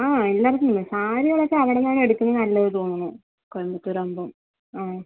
ആ എല്ലാവർക്കും തന്നെ സാരികളൊക്കെ അവിടെനിന്നാണ് എടുക്കുന്നത് നല്ലതെന്ന് തോന്നുന്നു കൊയമ്പത്തൂരാകുമ്പോൾ ആ